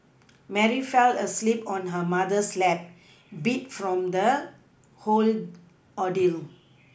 Mary fell asleep on her mother's lap beat from the whole ordeal